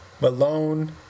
Malone